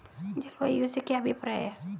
जलवायु से क्या अभिप्राय है?